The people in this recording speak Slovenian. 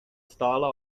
stala